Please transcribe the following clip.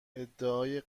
ادعای